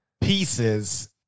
pieces